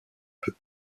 peu